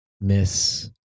miss